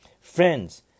Friends